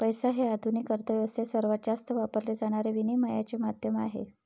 पैसा हे आधुनिक अर्थ व्यवस्थेत सर्वात जास्त वापरले जाणारे विनिमयाचे माध्यम आहे